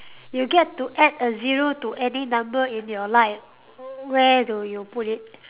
you get to add a zero to any number in your life where do you put it